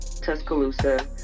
Tuscaloosa